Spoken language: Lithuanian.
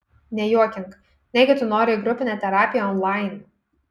nejuokink negi tu nori į grupinę terapiją onlain